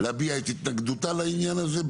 להביע את התנגדותה לעניין הזה,